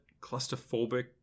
clusterphobic